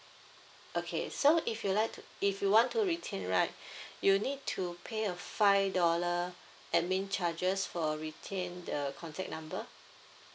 okay so if you like to if you want to retain right you need to pay a five dollar admin charges for retain the contact number